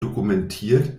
dokumentiert